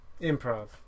improv